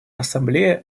ассамблея